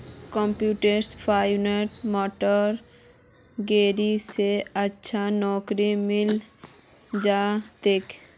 computational फाइनेंसत master degree स अच्छा नौकरी मिले जइ तोक